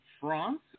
France